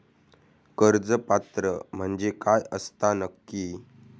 कर्ज पात्र म्हणजे काय असता नक्की?